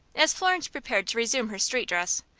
as florence prepared to resume her street dress,